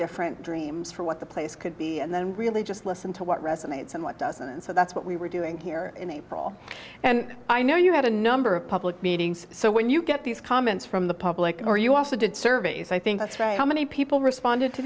different dreams for what the place could be and then really just listen to what resonates and what doesn't and so that's what we were doing here in april and i know you had a number of public meetings so when you get these comments from the public or you also did surveys i think that how many people responded to